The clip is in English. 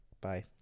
Bye